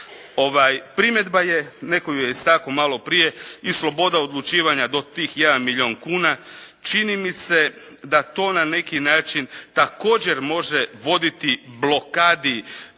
Primjedba je, netko ju je istaknuo malo prije, i sloboda odlučivanja do tih 1 milijun kuna, čini mi se da to na neki način može voditi blokadi